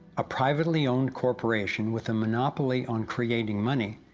a privately owned corporation with a monopoly on creating money,